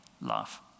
love